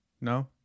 No